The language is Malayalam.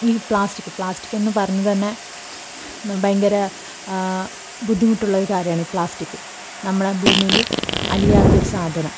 ഈ പ്ലാസ്റ്റിക് പ്ലാസ്റ്റിക് എന്ന് പറയുന്നത് തന്നെ ഭയങ്കര ബുദ്ധിമുട്ടുള്ള ഒരു കാര്യമാണ് പ്ലാസ്റ്റിക് നമ്മളുടെ ഭൂമിയിൽ അലിയാത്തൊരു സാധനം